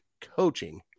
coaching